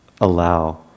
allow